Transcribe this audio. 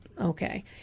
Okay